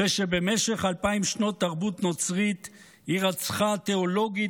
אחרי שבמשך אלפיים שנות תרבות נוצרית היא רצחה תיאולוגית